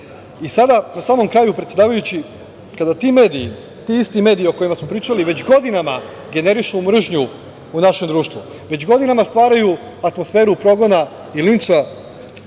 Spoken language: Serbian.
drugo? Na samom kraju, predsedavajući, kada ti mediji, ti isti mediji o kojima smo pričali već godinama generišu mržnju u našem društvu, već godinama stvaraju atmosferu progona i lična